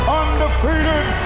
undefeated